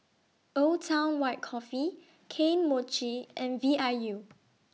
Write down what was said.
Old Town White Coffee Kane Mochi and V I U